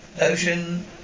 ocean